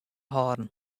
hâlden